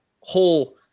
whole